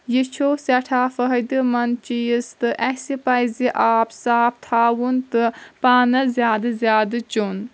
یہِ چھُ سٮ۪ٹھاہ فٲیدٕ منٛد چیٖز تہٕ اسہِ پزِ آب صاف تھاوُن تہٕ پانس زیادٕ زیادٕ چیوٚن